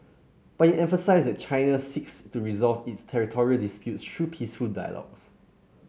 but emphasised that China seeks to resolve its territorial disputes through peaceful dialogues